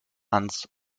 ans